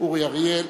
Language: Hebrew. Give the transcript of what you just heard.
אורי אריאל,